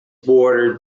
bordered